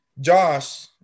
Josh